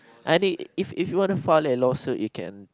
and it if if you wanna file a lawsuit you can